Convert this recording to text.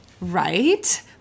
Right